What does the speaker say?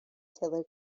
killer